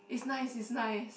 is nice is nice